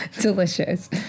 delicious